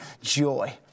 joy